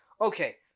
Okay